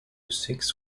six